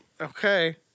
Okay